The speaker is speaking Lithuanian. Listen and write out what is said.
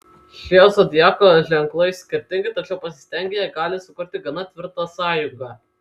šie zodiako ženklai skirtingi tačiau pasistengę jie gali sukurti gana tvirtą sąjungą